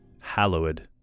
hallowed